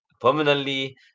Permanently